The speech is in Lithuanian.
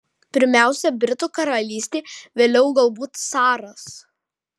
pirmiausia britų karalystė vėliau galbūt caras